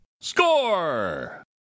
Score